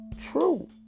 true